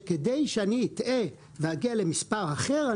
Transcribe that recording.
כדי שאני אטעה ואגיע למספר אחר,